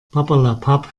papperlapapp